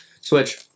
Switch